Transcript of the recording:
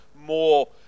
more